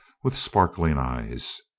with sparkling eyes.